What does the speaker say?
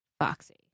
Foxy